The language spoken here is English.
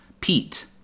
Pete